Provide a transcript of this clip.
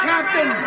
Captain